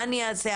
מה אני אעשה?